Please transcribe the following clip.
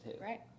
Right